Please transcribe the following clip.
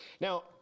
Now